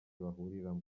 bahuriramo